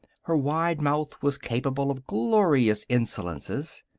her wide mouth was capable of glorious insolences.